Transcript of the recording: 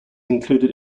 included